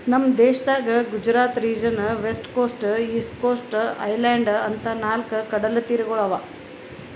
ನಮ್ ದೇಶದಾಗ್ Gujarat region, west coast, east coast, island ಅಂತಾ ನಾಲ್ಕ್ ಕಡಲತೀರಗೊಳ್ ಅವಾ